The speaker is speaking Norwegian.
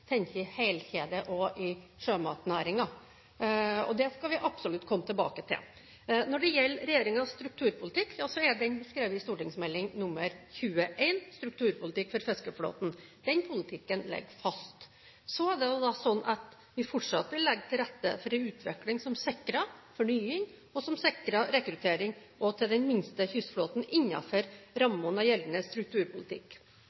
i sjømatnæringen. Det skal vi absolutt komme tilbake til. Når det gjelder regjeringens strukturpolitikk, er den beskrevet i St.meld. nr. 21 for 2006–2007, Strukturpolitikk for fiskeflåten. Den politikken ligger fast. Så vil vi fortsatt legge til rette for en utvikling som sikrer fornying, og som sikrer rekruttering, også til den minste kystflåten,